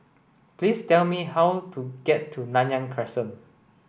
please tell me how to get to Nanyang Crescent